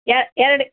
ಎರಡು